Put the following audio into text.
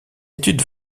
étude